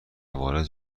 وارد